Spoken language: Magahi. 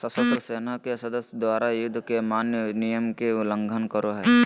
सशस्त्र सेना के सदस्य द्वारा, युद्ध के मान्य नियम के उल्लंघन करो हइ